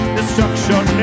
Destruction